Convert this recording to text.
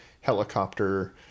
helicopter